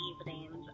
evenings